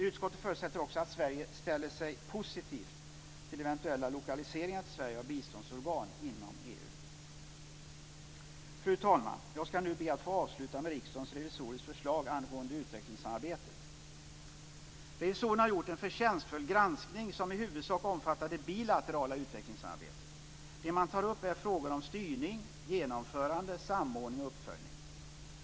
Utskottet förutsätter också att Sverige ställer sig positivt till eventuella lokaliseringar till Sverige av biståndsorgan inom EU. Fru talman! Jag ska nu be att få avsluta med Riksdagens revisorers förslag angående utvecklingssamarbetet. Revisorerna har gjort en förtjänstfull granskning som i huvudsak omfattar det bilaterala utvecklingssamarbetet. Det man tar upp är frågor om styrning, genomförande, samordning och uppföljning.